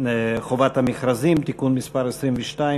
חובת המכרזים (תיקון מס' 22,